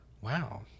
wow